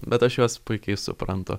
bet aš juos puikiai suprantu